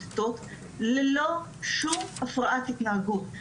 רואים בנות שמתמוטטות ללא שום הפרעת התנהגות,